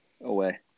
Away